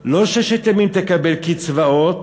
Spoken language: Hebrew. לא "ששת ימים תקבל קצבאות"